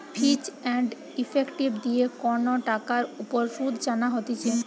ফিচ and effective দিয়ে কন টাকার উপর শুধ জানা হতিছে